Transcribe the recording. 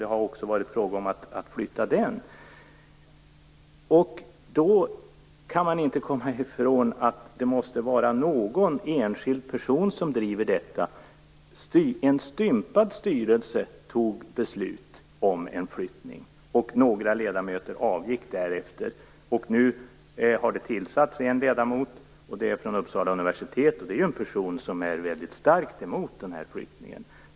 Det har ju också varit fråga om att flytta denna. Då kan jag inte komma ifrån att det måste vara någon enskild person som driver denna fråga. En stympad styrelse fattade beslut om en flyttning. Några ledamöter avgick därefter. Nu har det tillsatts en ledamot från Uppsala universitet. Det är en person som är väldigt starkt emot flyttningen.